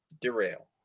derail